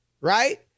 right